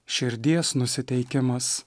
širdies nusiteikimas